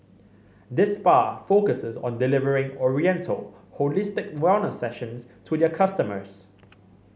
this spa focuses on delivering oriental holistic wellness sessions to their customers